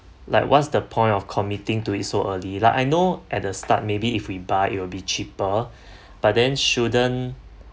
like what's the point of committing to it so early like I know at the start maybe if we buy it will be cheaper but then shouldn't